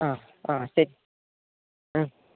ആ ആ ശരി മ്മ്